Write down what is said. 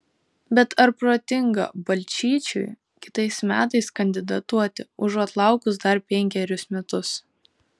bet ar protinga balčyčiui kitais metais kandidatuoti užuot laukus dar penkerius metus